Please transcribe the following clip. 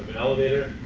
but elevator,